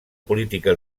política